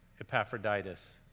Epaphroditus